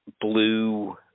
blue